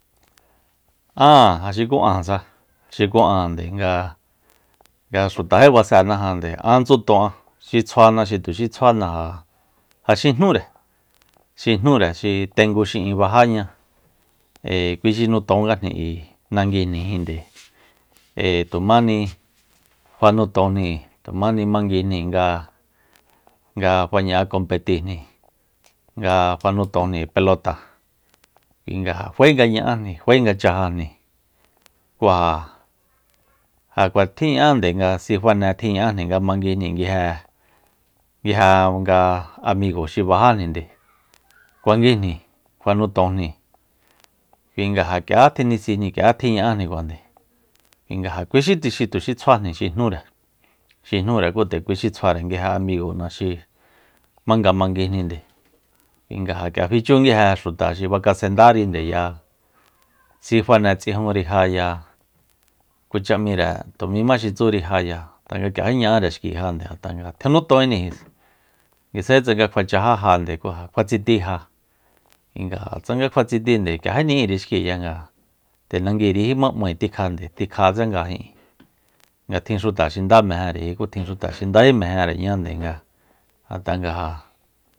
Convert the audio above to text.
Áa ja xuku áansa xuku an nde nga- nga xutají basénande án tsuton'a xi tsjuana xi tuxi tsjuana ja xi jnúre xi jnúre xi tengu xi'in bajáña ee kui xi nutongajni nanguijni jin nde ee tujmáni fanutonjni tujmáni manguijni nga fa ña'a competíijni nga fa nutojni pelota kui nga faé nga ña'ájni fae nga chajajni ku ja- ja kua tjiña'ánde nga si fane tjiña'ájni nga manguijni nguije- nguije nga amigo xi bajajninde kuanguijni kjuanutonjni kuinga ja k'ia tjinisijni k'ia tjiña'anjni kuajande kui nga ja kui xi tuxi tsjuajni xi jnúre xi jnúre kú te kui tsjuare nguije amigo'na xi jmanga manguijninde kui nga ja k'ia fichu nguije xuta xi fakasendárindeya sifane ts'ijúnri ja ya kucha m'íre tumíma xitsúri jaya tanga k'iají ña'áre xkijande ngat'a nga ja tjinitóinisa nguisaji tsanga kjua chajá jande ku ja tsití ja kui nga tsanga kjua tsití nde k'iajíni'íri xkiya nga nde nanguirijíma jma m'ae tikjande tikjatse nga ijin nga tjin xuta xi ndá mejenreji kú tjin xuta xi ndají mejenre ñá nde ngat'a ja